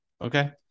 Okay